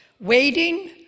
Waiting